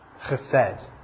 chesed